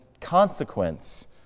consequence